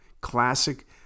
Classic